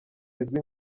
izwi